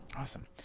Awesome